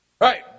right